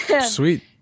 Sweet